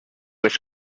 was